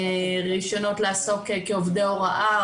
רישיונות לעסוק כעובדי הוראה,